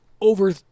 over